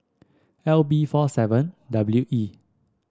L B four seven W E